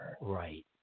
Right